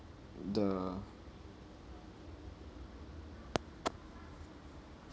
the